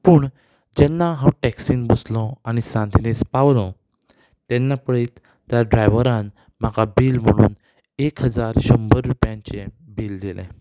पूण जेन्ना हांव टॅक्सीन बसलों आनी सांत इनेज पावलो तेन्ना पळयत त्या ड्रायवरान म्हाका बील म्हणून एक हजार शंबर रुपयांचें बील दिलें